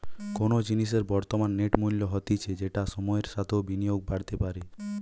কোনো জিনিসের বর্তমান নেট মূল্য হতিছে যেটা সময়ের সাথেও বিনিয়োগে বাড়তে পারে